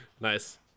nice